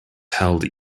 held